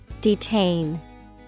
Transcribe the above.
detain